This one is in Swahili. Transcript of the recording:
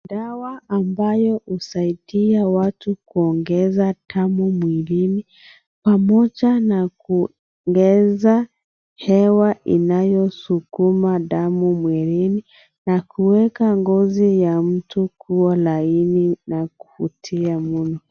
Dawa ambayo husaidia watu kuongeza damu mwilini, pamoja na kuongeza hewa inayosukuma damu mwilini na kuweka ngozi ya mtu kuwa laini na kuvutia mno.